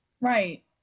Right